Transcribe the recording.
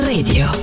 Radio